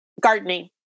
Gardening